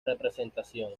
representación